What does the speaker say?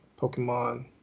Pokemon